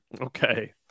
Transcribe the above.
Okay